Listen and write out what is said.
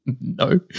No